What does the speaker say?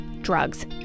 drugs